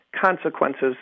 consequences